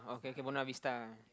okay okay Buona-Vista